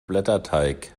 blätterteig